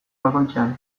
bakoitzean